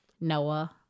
Noah